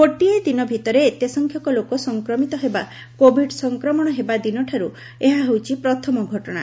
ଗୋଟିଏ ଦିନ ଭିତରେ ଏତେ ସଂଖ୍ୟକ ଲୋକ ସଂକ୍ରମିତ ହେବା କୋଭିଡ୍ ସଫକ୍ରମଣ ହେବା ଦିନଠାରୁ ଏହା ହେଉଛି ପ୍ରଥମ ଘଟଣା